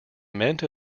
meant